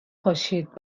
پاشید